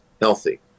healthy